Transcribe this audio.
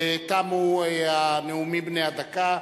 תמו הנאומים בני הדקה.